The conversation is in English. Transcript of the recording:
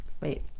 Wait